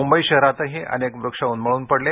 मुंबई शहरातही अनेक वृक्ष उन्मळून पडले